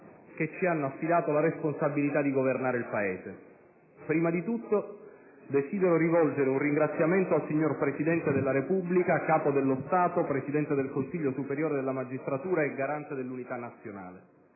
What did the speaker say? che ci hanno affidato la responsabilità di governare il Paese. Prima di tutto, desidero rivolgere un ringraziamento al signor Presidente della Repubblica, Capo dello Stato, Presidente del Consiglio superiore della magistratura e garante dell'unità nazionale,